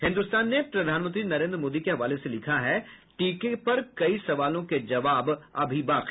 हिन्दुस्तान ने प्रधानमंत्री नरेन्द्र मोदी के हवाले से लिखा है टीके पर कई सवालों के जवाब अभी बाकी